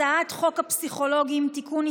הצעת חוק הפסיכולוגים (תיקון,